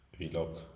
vlog